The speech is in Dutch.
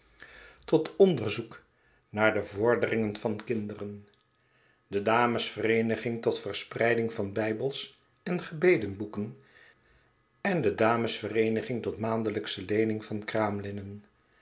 tot onderzoek naar de vorderingen van kinderen de dames vereeniging tot verspreiding van bijbels en gebedenboeken en de dames vereeniging tot maandelijksche leening van